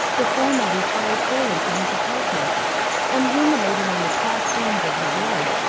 the former refired early to his apartment and ruminating on the past scenes of his life,